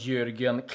Jörgen